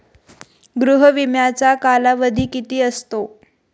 गृह विम्याचा कालावधी किती असतो?